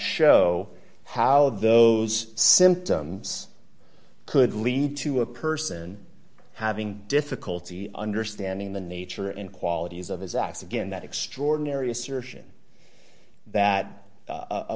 show how those symptoms could lead to a person having difficulty understanding the nature and qualities of his x again that extraordinary assertion that